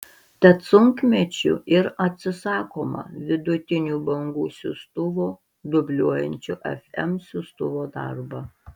tad sunkmečiu ir atsisakoma vidutinių bangų siųstuvo dubliuojančio fm siųstuvo darbą